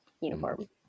uniform